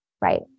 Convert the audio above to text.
right